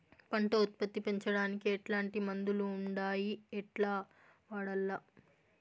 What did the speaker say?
పంట ఉత్పత్తి పెంచడానికి ఎట్లాంటి మందులు ఉండాయి ఎట్లా వాడల్ల?